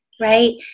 right